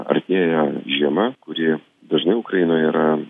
artėja žiema kuri dažnai ukrainoj yra